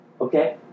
Okay